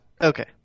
Okay